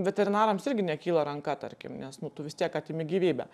veterinarams irgi nekyla ranka tarkim nes nu tu vis tiek atimi gyvybę